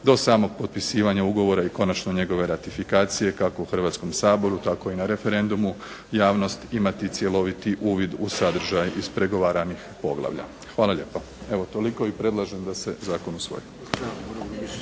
do samog kraja potpisivanja ugovora i konačno njegove ratifikacije kako u Hrvatskom saboru tako i na referendumu javnost imati cjeloviti uvid u sadržaj iz prigovaranih poglavlja. Hvala lijepo. Evo toliko, i predlažem da se zakon usvoji.